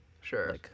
Sure